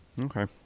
okay